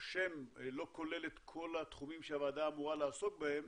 שהשם לא כולל את כל התחומים שהוועדה אמורה לעסוק בהם